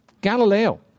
Galileo